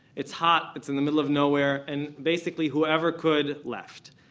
it's hot, it's in the middle of nowhere, and basically whoever could, left.